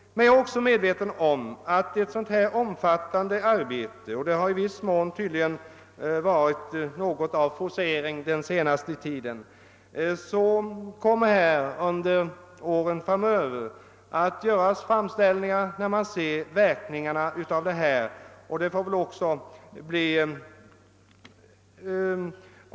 Jag är 'emellerfid medveten om att det föreliggande förslaget är ett omfattande arbete, som tydligen i viss mån har for 'cerats under den senaste tiden, och det kommer säkerligen under åren framöver, när man ser verkningarna av lagstiftningen, att göras framställningar om ändringar.